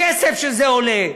הכסף שזה עולה?